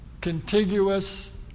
contiguous